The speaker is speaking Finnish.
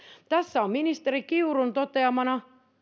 tässä on ministeri kiurun toteamana